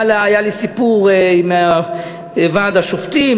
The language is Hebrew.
היה לי סיפור עם ועד השופטים,